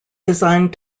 designed